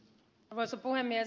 arvoisa puhemies